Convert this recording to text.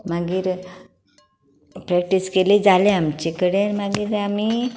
मागीर प्रेक्टीस केली जालें आमचे कडेन मागीर आमी